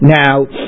now